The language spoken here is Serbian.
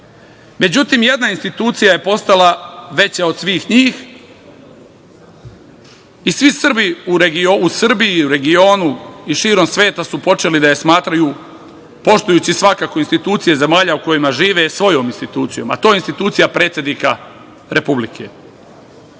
sveta.Međutim, jedna institucija je postala veća od svih njih i svi Srbi u Srbiji i u regionu i širom sveta su počeli da je smatraju, poštujući svakako institucije zemalja u kojima žive, svojom institucijom, a to je institucija predsednika Republike. Kada